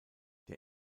der